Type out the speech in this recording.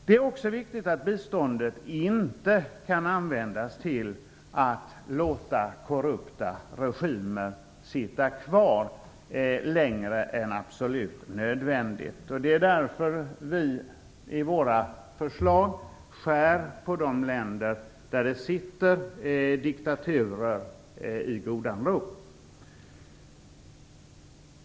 Det är också viktigt att biståndet inte kan användas till att låta korrupta regimer sitta kvar längre än absolut nödvändigt. Det är därför vi i våra förslag skär på de länder där det sitter diktaturer i godan ro.